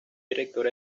director